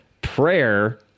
prayer